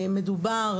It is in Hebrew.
מדובר